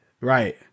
right